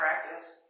practice